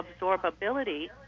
absorbability